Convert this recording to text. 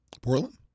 Portland